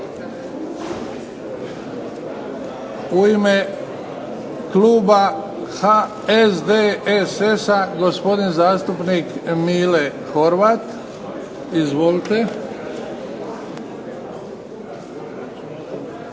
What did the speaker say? U ime kluba HSDSS-a gospodin zastupnik Mile Horvat. Izvolite.